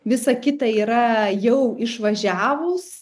visą kitą yra jau išvažiavus